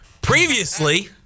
Previously